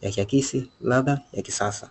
,yakiakisi ladha ya kisasa.